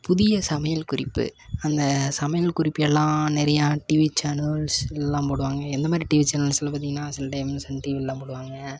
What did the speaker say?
புதிய சமையல் குறிப்பு அந்த சமையல் குறிப்பு எல்லாம் நிறையா டிவி சேனல்ஸ் இதுலெலாம் போடுவாங்க எந்தமாதிரி டிவி சேனல்ஸில் பார்த்தீங்கன்னா சில டைமில் சன் டிவிலெலாம் போடுவாங்க